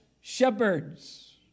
shepherds